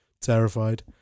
terrified